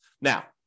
Now